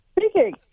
Speaking